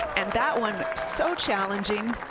and that one, so challenging.